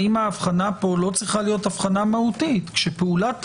האם דברים שנוגעים להתנהלות פנים-מפלגתית,